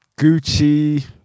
Gucci